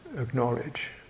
acknowledge